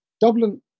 Dublin